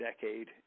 decade